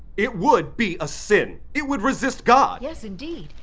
it would be a sin! it would resist god! yes, indeed.